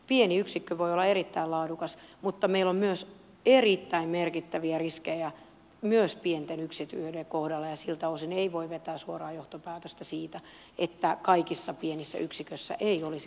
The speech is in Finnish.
pieni yksikkö voi olla erittäin laadukas mutta meillä on erittäin merkittäviä riskejä myös pienten yksiköiden kohdalla ja siltä osin ei voi vetää suoraa johtopäätöstä siitä että kaikissa pienissä yksiköissä ei olisi laatuongelmia